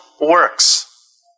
works